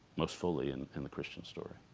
most fully and in the christian story